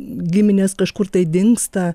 giminės kažkur tai dingsta